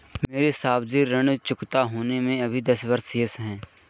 मेरे सावधि ऋण चुकता होने में अभी दस वर्ष शेष है